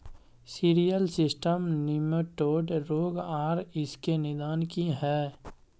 Cereal cyst nematode रोग आर इसके निदान की हय?